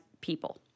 people